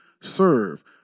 serve